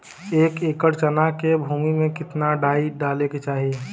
एक एकड़ चना के भूमि में कितना डाई डाले के चाही?